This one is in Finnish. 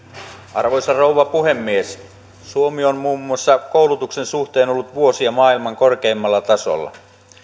arvoisa rouva puhemies suomi on muun muassa koulutuksen suhteen ollut vuosia maailman korkeimmalla tasolla